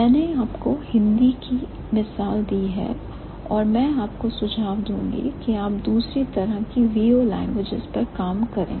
मैंने आपको हिंदी की मिसाल दी है और मैं आपको सुझाव दूंगी कि आप दूसरी तरह की VO languages पर काम करें